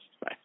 Bye